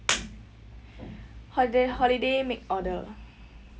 holi~ holiday make order